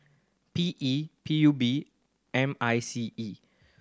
P E P U B M I C E